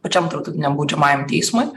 pačiam tarptautiniam baudžiamajam teismui